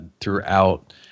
throughout